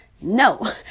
No